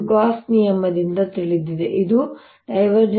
ಇದು ಗಾಸ್ನ ನಿಯಮದಿಂದ ತಿಳಿದಿದೆ ಇದು ▽